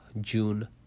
June